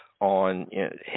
on